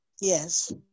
Yes